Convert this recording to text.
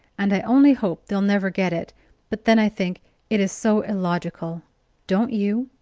and i only hope they'll never get it but then i think it is so illogical don't you?